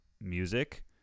music